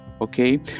okay